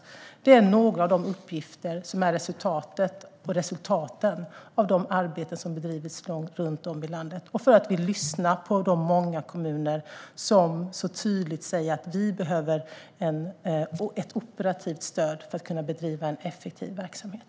Detta är några av de uppgifter som är resultatet av det arbete som har bedrivits runt om i landet. Vi lyssnar på de många kommuner som tydligt säger att de behöver operativt stöd för att kunna bedriva en effektiv verksamhet.